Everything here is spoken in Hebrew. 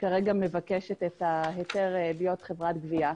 שכרגע מבקשת את ההיתר להיות חברת גבייה.